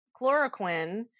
chloroquine